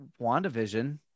WandaVision